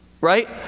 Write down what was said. Right